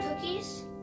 cookies